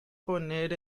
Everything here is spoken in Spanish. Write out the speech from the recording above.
poner